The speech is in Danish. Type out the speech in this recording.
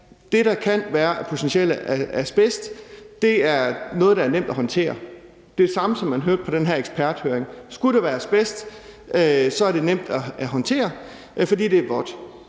det, der potentielt kan være af asbest, er noget, der er nemt at håndtere. Det er det samme, som man hørte ved den her eksperthøring. Skulle der være asbest, er det nemt at håndtere, fordi det er vådt.